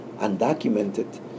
undocumented